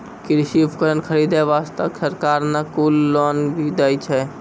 कृषि उपकरण खरीदै वास्तॅ सरकार न कुल लोन भी दै छै